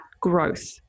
growth